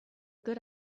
good